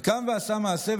קם ועשה מעשה,